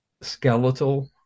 skeletal